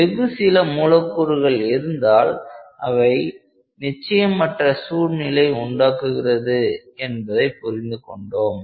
வெகு சில மூலக்கூறுகள் இருந்தால் எவ்வாறு நிச்சயமற்ற சூழ்நிலை உண்டாகிறது என்பதை புரிந்துகொண்டோம்